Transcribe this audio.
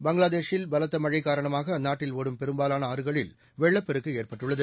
பங்களாதேஷில் பலத்த மழை காரணமாக அந்நாட்டில் ஒடும் பெரும்பாலான ஆறுகளில் வெள்ளப் பெருக்கு ஏற்பட்டுள்ளது